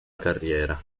carriera